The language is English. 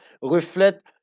reflète